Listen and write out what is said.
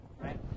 right